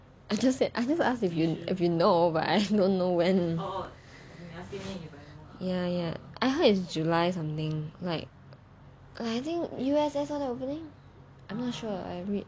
I just said I never ask if you know but I don't know when ya ya I heard is july something like I think U_S_S [one] opening I'm not sure I read